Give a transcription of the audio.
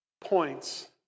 points